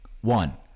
One